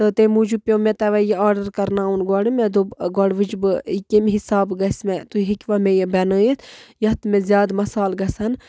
تہٕ تَمۍ موٗجوٗب پیوٚو مےٚ تَوَے یہِ آرڈَر کَرناوُن گۄڈٕ مےٚ دوٚپ گۄڈٕ وٕچھ بہٕ یہِ کَمۍ حساب گژھِ مےٚ تُہۍ ہیٚکِوا مےٚ یہِ بَنٲیِتھ یَتھ مےٚ زیادٕ مصال گژھَن